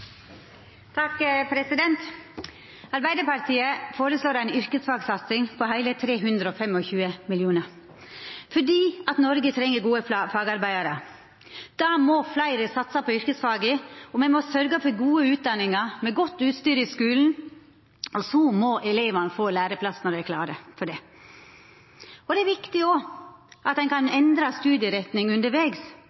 Arbeidarpartiet føreslår ei yrkesfagsatsing på heile 325 mill. kr, fordi Noreg treng gode fagarbeidarar. Då må fleire satsa på yrkesfaga, og me må sørgja for gode utdanningar med godt utstyr i skulen, og så må elevane få læreplass når dei er klare for det. Det er òg viktig at ein kan